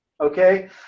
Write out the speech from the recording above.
okay